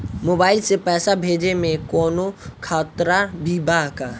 Mobile से पैसा भेजे मे कौनों खतरा भी बा का?